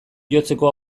jotzeko